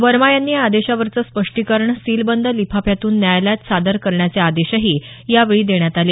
वर्मा यांनी या आदेशावरचं स्पष्टीकरण सीलबंद लिफाफ्यातून न्यायालयात सादर करण्याचे आदेश यावेळी देण्यात आले